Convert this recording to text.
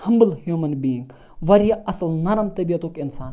humble human being واریاہ اَصٕل نرم طبیعتُک اِنسان